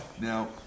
Now